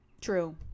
True